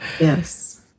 yes